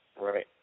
Right